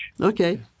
Okay